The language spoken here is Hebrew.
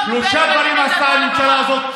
שלושה דברים עשתה הממשלה הזאת,